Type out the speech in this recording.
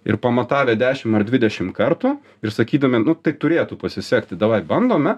ir pamatavę dešim ar dvidešim kartų ir sakydami nu tai turėtų pasisekti davai bandome